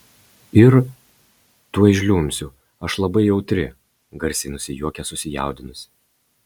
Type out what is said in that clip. ir tuoj žliumbsiu aš labai jautri garsiai nusijuokia susijaudinusi